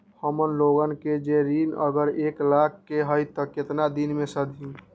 हमन लोगन के जे ऋन अगर एक लाख के होई त केतना दिन मे सधी?